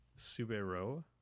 Subero